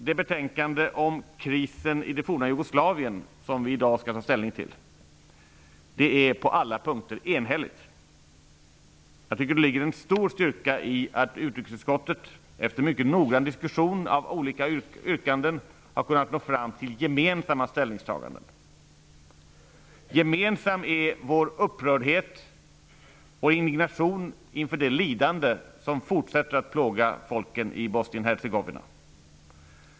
Det betänkande om krisen i det forna Jugoslavien som vi nu också skall ta ställning till är på alla punkter enhälligt. Jag tycker att det ligger en stor styrka i att utrikesutskottet efter mycket noggrann diskussion av olika yrkanden har kunnat nå fram till gemensamma ställningstaganden. Gemensam är vår upprördhet och indignation inför det lidande som fortsätter att plåga folken i Bosnien-Hercegovina.